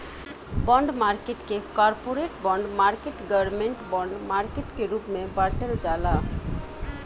bond market के corporate bond market government bond market के रूप में बॉटल जाला